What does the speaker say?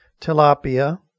tilapia